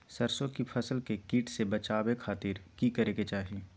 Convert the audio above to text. सरसों की फसल के कीट से बचावे खातिर की करे के चाही?